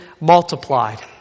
multiplied